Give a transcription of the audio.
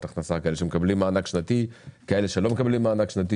כאלה שמקבלים שנתי וכאלה שלא מקבלים מענק שנתי?